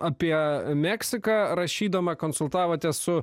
apie meksiką rašydama konsultavotės su